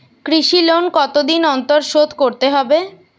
কৃষি লোন কতদিন অন্তর শোধ করতে হবে?